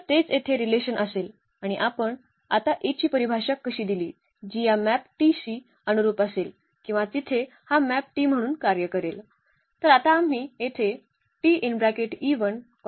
तर तेच येथे रिलेशन असेल आणि आपण आता A ची परिभाषा कशी दिली जी या मॅप T शी अनुरूप असेल किंवा तिथे हा मॅप T म्हणून कार्य करेल